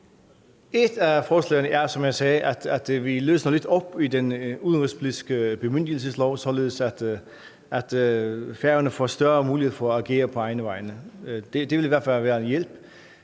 jeg sagde, at vi løser lidt op i den udenrigspolitiske bemyndigelseslov, således at Færøerne får større mulighed for at agere på egne vegne. Det vil i hvert fald være en hjælp,